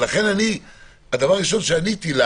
לכן הדבר הראשון שעניתי לה